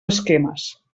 esquemes